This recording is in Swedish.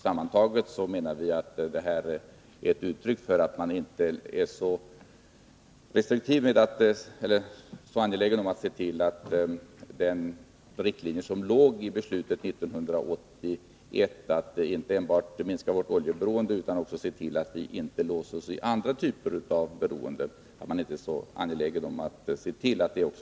Sammantaget menar vi att det är ett uttryck för att man inte är så angelägen om att se till att riktlinjerna i beslutet från 1981 — att inte enbart minska vårt oljeberoende utan också se till att vi inte låses vid andra typer av beroenden — följs.